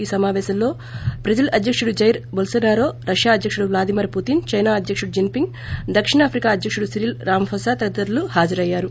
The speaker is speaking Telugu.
ఈ సమాపేశంలో ట్రెజిల్ అధ్యకుడు జైర్ బోల్పొనారో రష్యా అధ్యకుడు వ్లాదిమిర్ పుతిన్ చైనా అధ్యకుడు జిన్పింగ్ దక్షిణాఫ్రికా అధ్యకుడు సిరిల్ రామఫోసా తదితరులు హాజరయ్యారు